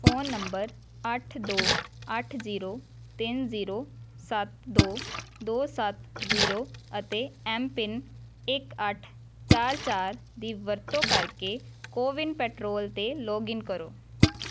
phone number ਅੱਠ ਦੋ ਅੱਠ ਜੀਰੋ ਤਿੰਨ ਜੀਰੋ ਸੱਤ ਦੋ ਦੋ ਸੱਤ ਜੀਰੋ ਅਤੇ ਐੱਮ ਪਿੰਨ ਇੱਕ ਅੱਠ ਚਾਰ ਚਾਰ ਦੀ ਵਰਤੋਂ ਕਰਕੇ ਕੋਵਿਨ ਪੈਟਰੋਲ 'ਤੇ ਲੌਗਇਨ ਕਰੋ